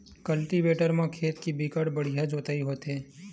cultivator म खेत के बिकट बड़िहा जोतई होथे